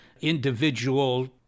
individual